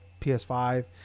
ps5